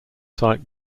site